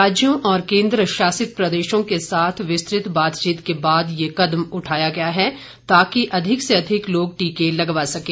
राज्यों और केंद्रशासित प्रदेशों के साथ विस्तृत बातचीत के बाद यह कदम उठाया गया है ताकि अधिक से अधिक लोग टीके लगवा सकें